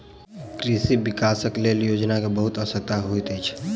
कृषि विकासक लेल योजना के बहुत आवश्यकता होइत अछि